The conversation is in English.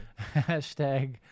hashtag